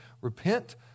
Repent